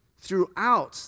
Throughout